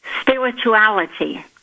spirituality